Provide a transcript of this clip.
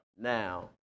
now